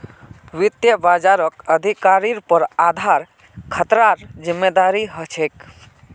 वित्त बाजारक अधिकारिर पर आधार खतरार जिम्मादारी ह छेक